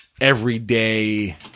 everyday